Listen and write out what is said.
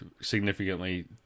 significantly